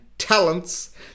talents